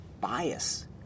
bias